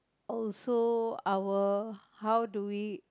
also our how do we